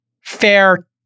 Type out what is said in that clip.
fair